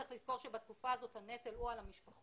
צריך לזכור בתקופה הזאת הנטל הוא על המשפחות,